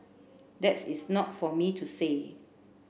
that is not for me to say